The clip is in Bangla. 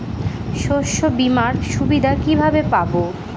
শস্যবিমার সুবিধা কিভাবে পাবো?